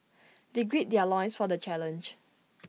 they greed their loins for the challenge